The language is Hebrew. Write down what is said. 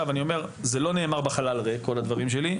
זה לא נאמר בחלל ריק, כל הדברים שלי.